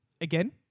again